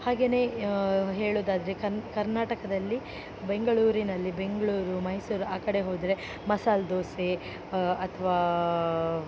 ಹಾಗೆಯೇ ಹೇಳೋದಾದ್ರೆ ಕರ್ನಾಟಕದಲ್ಲಿ ಬೆಂಗಳೂರಿನಲ್ಲಿ ಬೆಂಗಳೂರು ಮೈಸೂರು ಆ ಕಡೆ ಹೋದರೆ ಮಸಾಲೆ ದೋಸೆ ಅಥ್ವಾ